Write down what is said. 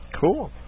Cool